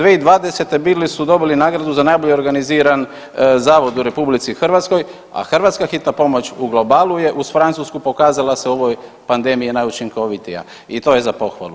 2020. bili su dobili nagradu za najbolje organiziran zavod u RH, a Hrvatska hitna pomoć u globalu je uz Francusku se pokazala se u ovoj pandemiji najučinkovitija i to je za pohvalu.